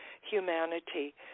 humanity